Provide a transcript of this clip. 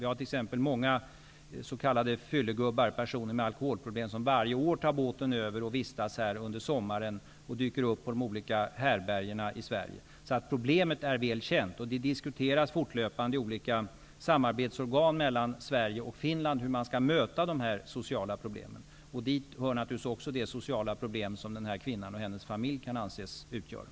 Vi har t.ex. många s.k. fyllegubbar, personer med alkoholproblem, som varje år tar båten över och vistas här under sommmaren och dyker upp på de olika härbärgena i Sverige. Problemet är alltså väl känt, och vi diskuterar fortlöpande i olika samarbetsorgan mellan Sverige och Finland hur vi skall möta de här sociala problemen. Dit hör naturligtvis också det sociala problem som den här kvinnan och hennes familj kan anses utgöra.